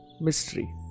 mystery